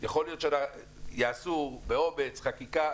יכול להיות שיעשו באומץ חקיקה,